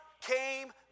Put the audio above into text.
came